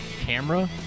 camera